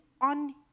on